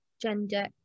gender